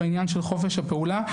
בעניין חופש הפעולה.